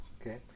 Okay